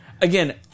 Again